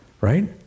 right